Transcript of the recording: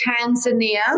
Tanzania